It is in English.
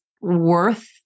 worth